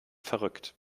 verrückt